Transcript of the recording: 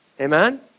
Amen